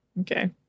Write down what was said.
Okay